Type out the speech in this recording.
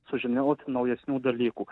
sužinoti naujesnių dalykų